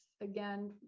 again